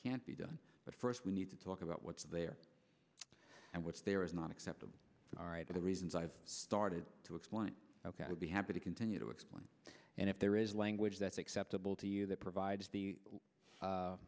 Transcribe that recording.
can't be done but first we need to talk about what's there and what's there is not acceptable all right for the reasons i've started to explore and be happy to continue to explain and if there is language that's acceptable to you that provides the